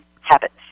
habits